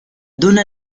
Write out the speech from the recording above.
donna